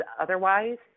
otherwise –